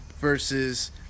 Versus